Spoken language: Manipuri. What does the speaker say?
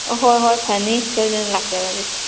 ꯑꯍꯣꯏ ꯍꯣꯏ ꯐꯅꯤ ꯁꯣꯏꯗꯅ ꯂꯥꯛꯆꯔꯒꯦ